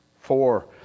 four